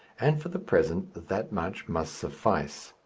and for the present that much must suffice.